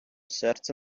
серце